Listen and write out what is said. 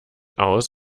aus